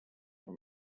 for